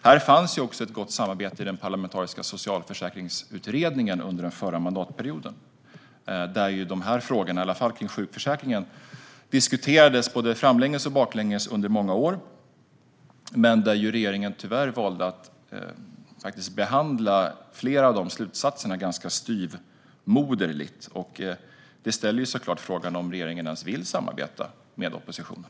Här fanns också ett gott samarbete i Parlamentariska socialförsäkringsutredningen under den förra mandatperioden, där frågorna kring sjukförsäkringen diskuterades både fram och baklänges under många år men där regeringen tyvärr valde att behandla flera av slutsatserna ganska styvmoderligt. Detta väcker såklart frågan om regeringen ens vill samarbeta med oppositionen.